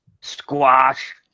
Squash